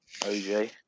OJ